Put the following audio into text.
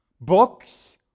books